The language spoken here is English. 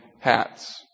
hats